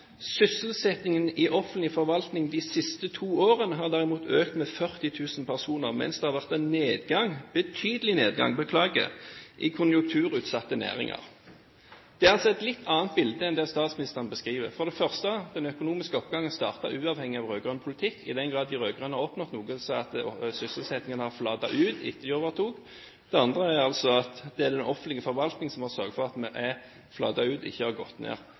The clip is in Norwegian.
i offentlig forvaltning har de to siste årene økt med 40 000 personer, mens det har vært en betydelig nedbemanning i konjunkturutsatte næringer.» Det er altså et litt annet bilde enn det statsministeren beskriver. For det første: Den økonomiske oppgangen startet uavhengig av rød-grønn politikk. I den grad de rød-grønne har oppnådd noe, så har sysselsettingen flatet ut etter at de overtok. Det andre er: Det er den offentlige forvaltningen som har sørget for at det har flatet ut, og ikke har gått ned.